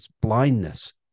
blindness